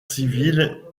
civile